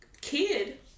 kid